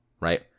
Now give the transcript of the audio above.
right